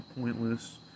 pointless